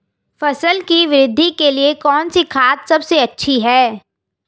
फसल की वृद्धि के लिए कौनसी खाद सबसे अच्छी है?